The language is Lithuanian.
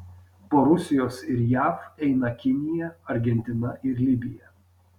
po rusijos ir jav eina kinija argentina ir libija